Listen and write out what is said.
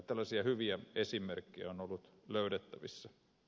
tällaisia hyviä esimerkkejä on ollut löydettävissä